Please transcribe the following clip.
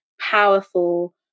powerful